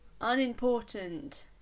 unimportant